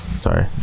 sorry